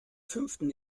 fünften